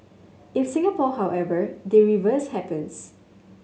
in Singapore however the reverse happens